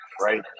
right